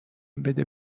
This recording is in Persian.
بده